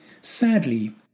Sadly